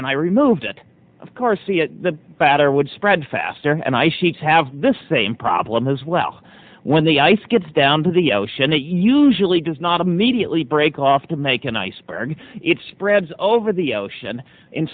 and i removed it of course the batter would spread faster and ice sheets have this same problem as well when the ice gets down to the ocean it usually does not immediately break off to make an iceberg it's bread's over the ocean in